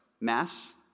Mass